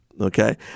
Okay